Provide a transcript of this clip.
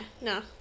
No